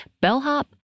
bellhop